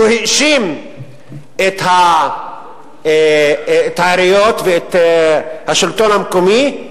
האשים את העיריות ואת השלטון המקומי,